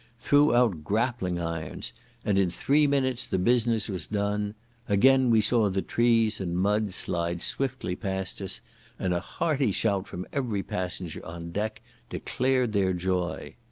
threw out grappling irons and in three minutes the business was done again we saw the trees and mud slide swiftly past us and a hearty shout from every passenger on deck declared their joy.